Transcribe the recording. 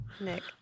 nick